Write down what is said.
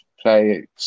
play